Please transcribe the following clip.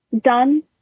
done